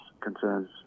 concerns